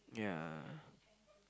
yeah